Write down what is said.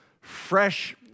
fresh